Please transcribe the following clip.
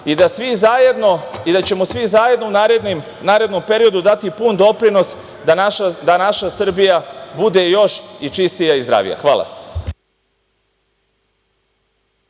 i da ćemo svi zajedno u narednom periodu dati pun doprinos da naša Srbija bude još i čistija i zdravija. Hvala.